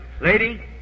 lady